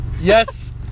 Yes